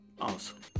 Awesome